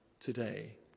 today